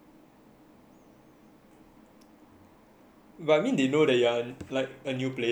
but I mean they know that you're like a new player sounds like they don't mind ah